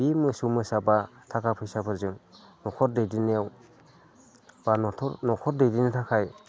बे मोसौ मोसा बा थाखा फैसाफोरजों न'खर दैदेननायाव बा न'खर दैदेननो थाखाय